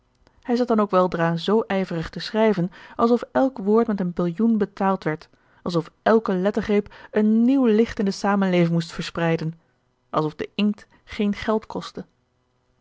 hij zat dan ook weldra z ijverig te schrijven alsof elk woord met een billioen betaald werd alsof george een ongeluksvogel elke lettergreep een nieuw licht in de zamenleving moest verspreiden alsof de inkt geen geld kostte